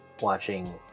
watching